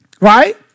right